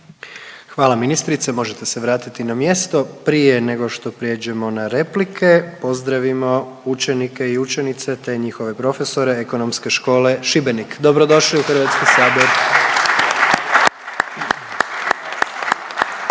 Hvala ministrice. Možete se vratiti na mjesto. Prije nego što prijeđemo na replike pozdravimo učenike i učenice, te njihove profesore Ekonomske škole Šibenik. Dobro došli u Hrvatski sabor.